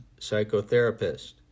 psychotherapist